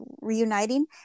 reuniting